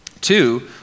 Two